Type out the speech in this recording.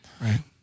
Right